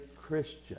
Christian